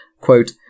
quote